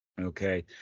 Okay